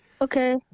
Okay